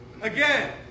Again